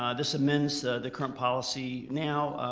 um this amends the current policy now.